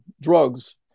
drugs